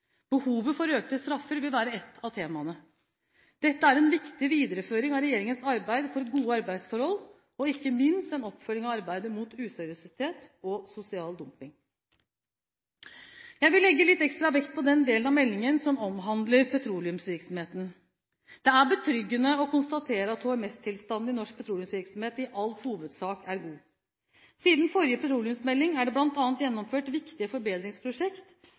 Behovet for økte straffer vil være ett av temaene. Dette er en viktig videreføring av regjeringens arbeid for gode arbeidsforhold og ikke minst en oppfølging av arbeidet mot useriøsitet og sosial dumping. Jeg vil legge litt ekstra vekt på den delen av meldingen som omhandler petroleumsvirksomheten. Det er betryggende å konstatere at HMS-tilstanden i norsk petroleumsvirksomhet i all hovedsak er god. Siden forrige petroleumsmelding er det bl.a. gjennomført viktige